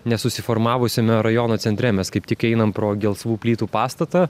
nesusiformavusiame rajono centre mes kaip tik einam pro gelsvų plytų pastatą